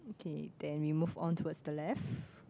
okay then we move on towards the left